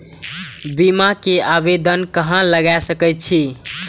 बीमा के आवेदन कहाँ लगा सके छी?